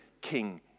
King